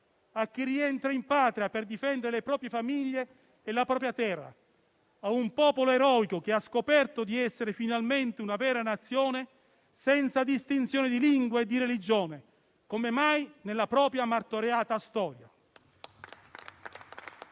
a chi rientra in patria per difendere le proprie famiglie e la propria terra; a un popolo eroico che ha scoperto di essere finalmente una vera Nazione senza distinzione di lingue e di religione, come mai nella propria martoriata storia.